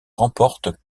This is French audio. remportent